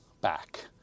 back